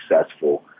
successful